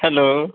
hello